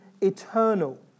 eternal